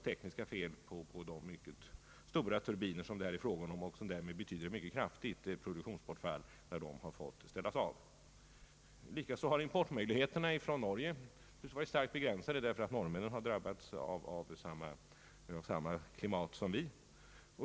Tekniska fel har uppstått på de mycket stora turbinerna i ett par värmekraftsaggregat, vilket betytt ett kraftigt produktionsbortfall, när dessa fått tas ur drift. Vidare har möjligheterna till import från Norge varit starkt begränsade, därför att norrmännen drabbats av samma klimat som vi.